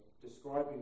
describing